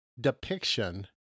depiction